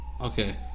Okay